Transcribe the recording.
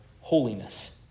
Holiness